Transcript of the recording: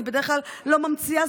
אני בדרך כלל לא ממציאה,